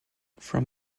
from